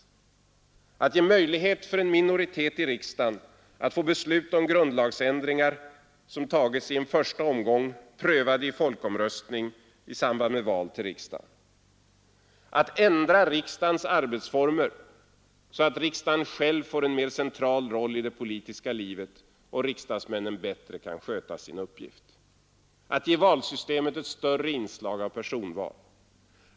Att ge möjlighet för en minoritet i riksdagen att få beslut om grundlagsändringar som tagits i en första omgång prövade i folkomröstning i samband med val till riksdagen. Att ändra riksdagens arbetsformer så att riksdagen själv får en mer central roll i det politiska livet och riksdagsmännen bättre kan sköta sin uppgift. Att ge valsystemet ett större inslag av personval.